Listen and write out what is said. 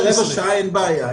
אם זה רבע שעה, אין בעיה.